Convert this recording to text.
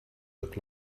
look